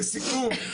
לסיכום,